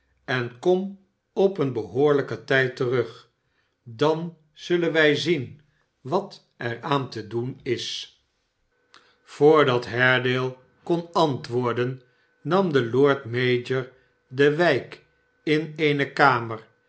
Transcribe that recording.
en kom op een behoorlijken tijd terug dan zullen wij zien wat er aan te doen is barnaby rudge voordat haredale kon antwoorden nam de lord mayor dewijk in eene kamer